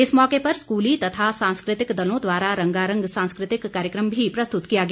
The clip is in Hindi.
इस मौके पर स्कूली तथा सांस्कृतिक दलों द्वारा रंगारंग सांस्कृतिक कार्यक्रम भी प्रस्तुत किया गया